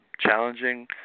challenging